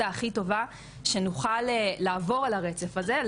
הכי טובה שנוכל לעבור על הרצף הזה,